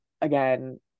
again